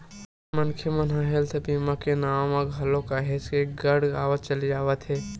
मनखे मन ह हेल्थ बीमा के नांव म घलो काहेच के ठगावत चले जावत हे